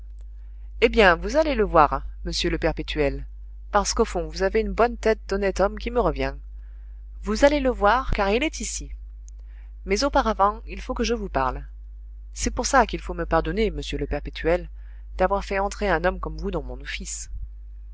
eh bien vous allez le voir monsieur le perpétuel parce qu'au fond vous avez une bonne tête d'honnête homme qui me revient vous allez le voir car il est ici mais auparavant il faut que je vous parle c'est pour ça qu'il faut me pardonner monsieur le perpétuel d'avoir fait entrer un homme comme vous dans mon office